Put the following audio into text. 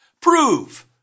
Prove